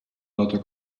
lauter